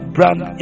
brand